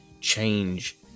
change